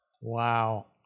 Wow